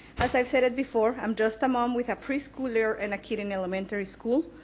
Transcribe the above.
as i've said before, i'm just a mom with a preschooler and a kid in elementary school.